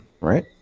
right